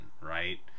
right